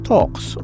Talks